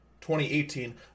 2018